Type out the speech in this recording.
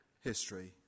history